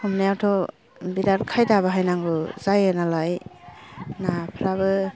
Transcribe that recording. हमनायावथ' बिराद खायदा बाहायनांगौ जायो नालाय नाफ्राबो